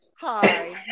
Hi